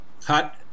cut